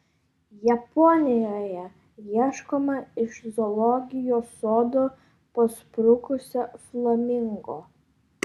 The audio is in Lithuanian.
japonijoje ieškoma iš zoologijos sodo pasprukusio flamingo